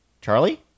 Charlie